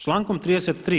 Člankom 33.